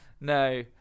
No